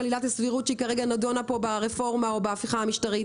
עילת הסבירות שהיא נדונה כרגע ברפורמה או בהפיכה המשטרית,